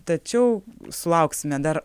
tačiau sulauksime dar